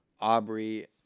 Aubrey